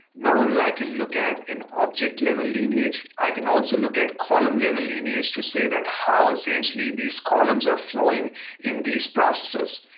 not only i can look at an object-level lineage, i can also look at column level lineage to say that how essentially these columns are flowing in these processes.